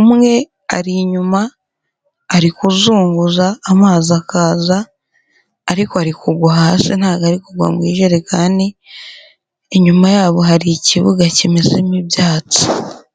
umwe ari inyuma ari kuzunguza amazi akaza ariko ari kugwa hasi ntabwo ari kugwa mu ijerekani, inyuma yabo hari ikibuga kimezemo ibyatsi.